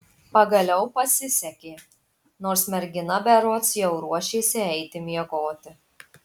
pagaliau pasisekė nors mergina berods jau ruošėsi eiti miegoti